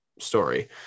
story